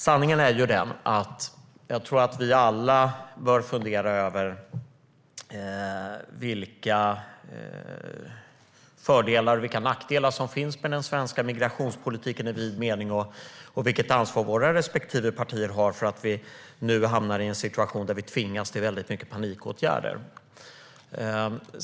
Sanningen är den, tror jag, att vi alla behöver fundera över vilka fördelar och vilka nackdelar som finns med den svenska migrationspolitiken i vid mening och vilket ansvar våra respektive partier har för att vi nu hamnar i en situation där vi tvingas till många panikåtgärder.